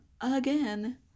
again